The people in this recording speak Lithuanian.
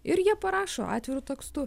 ir jie parašo atviru tekstu